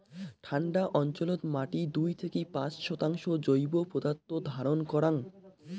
ঠান্ডা অঞ্চলত মাটি দুই থাকি পাঁচ শতাংশ জৈব পদার্থ ধারণ করাং